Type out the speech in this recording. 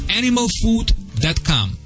animalfood.com